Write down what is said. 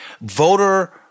voter